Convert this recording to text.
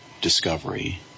Discovery